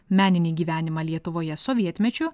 meninį gyvenimą lietuvoje sovietmečiu